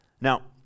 Now